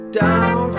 down